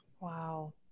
Wow